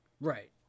Right